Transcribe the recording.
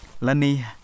lani